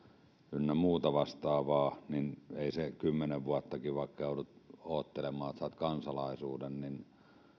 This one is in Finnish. ynnä muuta vastaavaa niin ei sen että kymmenen vuottakin joudut odottelemaan että saat kansalaisuuden